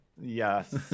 Yes